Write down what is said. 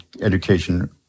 education